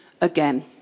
again